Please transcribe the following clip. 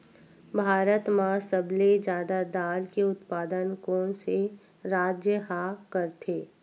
भारत मा सबले जादा दाल के उत्पादन कोन से राज्य हा करथे?